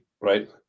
right